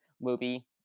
movie